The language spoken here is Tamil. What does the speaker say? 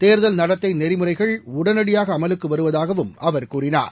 தேர்தல் நடத்தை நெறிமுறைகள் உடனடியாக அமலுக்கு வருவதாகவும் அவர் கூறினார்